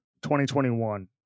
2021